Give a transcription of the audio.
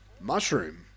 mushroom